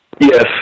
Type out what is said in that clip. Yes